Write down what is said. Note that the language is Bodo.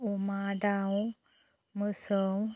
अमा दाउ मोसौ